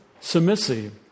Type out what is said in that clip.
submissive